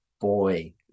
boy